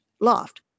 loft